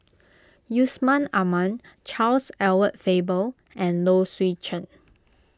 Yusman Aman Charles Edward Faber and Low Swee Chen